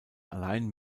allein